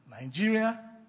Nigeria